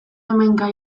hemenka